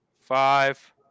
Five